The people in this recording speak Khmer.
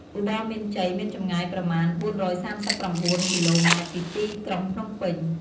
ឧត្តរមានជ័យមានចម្ងាយប្រមាណ ៤៣៩ គីឡូម៉ែត្រពីទីក្រុងភ្នំពេញ។